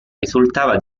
risultava